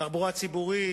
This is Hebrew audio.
תחבורה ציבורית,